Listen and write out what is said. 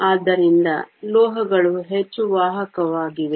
ಆದ್ದರಿಂದ ಲೋಹಗಳು ಹೆಚ್ಚು ವಾಹಕವಾಗಿವೆ